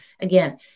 again